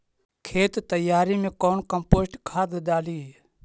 खेत तैयारी मे कौन कम्पोस्ट खाद डाली?